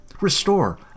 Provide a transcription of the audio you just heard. Restore